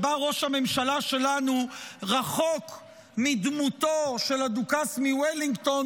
שבה ראש הממשלה שלנו רחוק מדמותו של הדוכס מוולינגטון